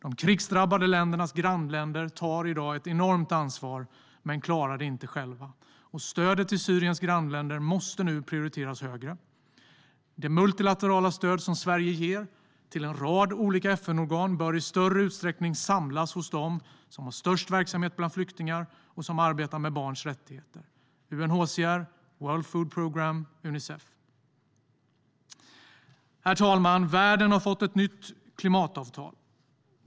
De krigsdrabbade ländernas grannländer tar ett enormt ansvar men klarar det inte själva. Stödet till Syriens grannländer måste nu prioriteras högre. Det multilaterala stöd som Sverige ger till en rad olika FN-organ bör i större utsträckning samlas hos de organ som har störst verksamhet bland flyktingar och som arbetar med barns rättigheter, som UNHCR, World Food Programme och Unicef. Herr talman! Världen har fått ett nytt klimatavtal.